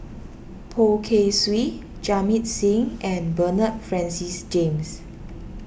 Poh Kay Swee Jamit Singh and Bernard Francis James